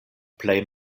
plej